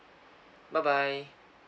bye bye